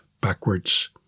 backwards